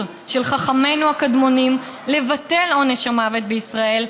של חכמינו הקדמונים לבטל עונש המוות בישראל,